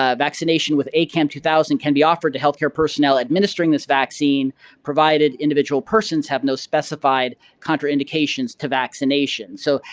ah vaccination with acam two thousand can be offered to healthcare personnel administering this vaccine provided individual persons have no specified contraindications to vaccination. so,